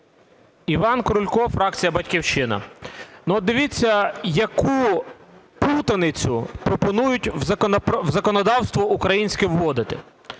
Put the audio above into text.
Іван Крулько, фракція "Батьківщина". Ну, от дивіться, яку плутаницю пропонують в законодавство українське вводити.